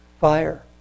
fire